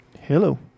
Hello